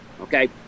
okay